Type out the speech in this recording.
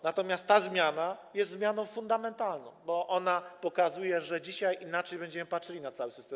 Natomiast ta zmiana jest zmianą fundamentalną, bo ona pokazuje, że dzisiaj inaczej będziemy patrzyli na cały system.